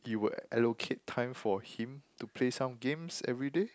you will allocate time for him to play some games everyday